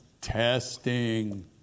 testing